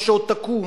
ושעוד תקום,